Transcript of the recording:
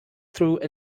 through